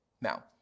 Now